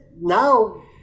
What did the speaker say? now